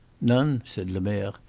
none, said lemerre.